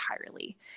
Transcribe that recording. entirely